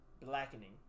blackening